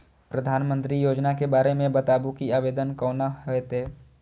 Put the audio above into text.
प्रधानमंत्री योजना के बारे मे बताबु की आवेदन कोना हेतै?